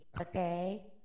okay